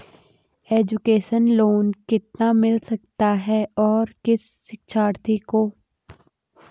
Education loan कितना मिल सकता है और किस शिक्षार्थी को?